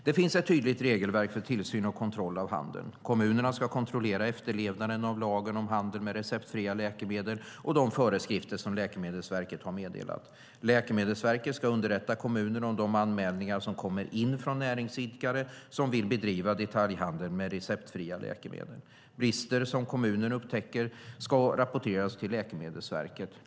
Det finns ett tydligt regelverk för tillsyn och kontroll av handeln. Kommunerna ska kontrollera efterlevnaden av lagen om handel med receptfria läkemedel och de föreskrifter som Läkemedelsverket har meddelat. Läkemedelsverket ska underrätta kommunerna om de anmälningar som kommer in från näringsidkare som vill bedriva detaljhandel med receptfria läkemedel. Brister som kommunen upptäcker ska rapporteras till Läkemedelsverket.